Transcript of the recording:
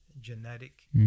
genetic